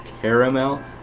caramel